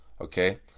Okay